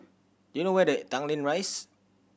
do you know where the Tanglin Rise